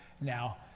now